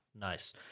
nice